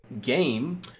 game